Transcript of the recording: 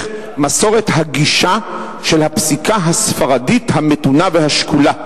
מסורת הגישה של הפסיקה הספרדית המתונה והשקולה,